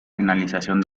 finalización